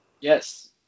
Yes